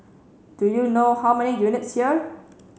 do you know how many units here